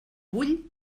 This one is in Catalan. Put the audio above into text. vull